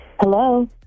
Hello